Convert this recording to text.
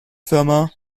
firma